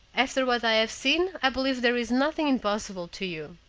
after what i have seen i believe there is nothing impossible to you.